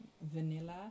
vanilla